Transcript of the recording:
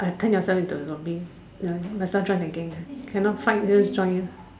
ah turn yourself into a zombie ya must well join the gang ah cannot fight just join ah